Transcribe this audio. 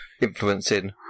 influencing